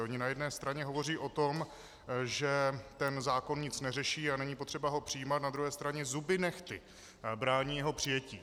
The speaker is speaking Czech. Oni na jedné straně hovoří o tom, že ten zákon nic neřeší a není potřeba ho přijímat, na druhé straně zuby nehty brání jeho přijetí.